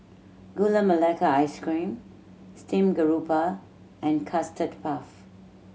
Gula Melaka Ice Cream steamed grouper and Custard Puff